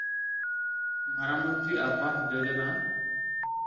ᱢᱟᱨᱟᱝ ᱢᱚᱱᱛᱨᱤ ᱟᱵᱟᱥ ᱡᱳᱡᱳᱱᱟ